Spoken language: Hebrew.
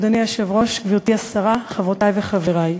אדוני היושב-ראש, גברתי השרה, חברותי וחברי,